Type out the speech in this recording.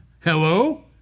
Hello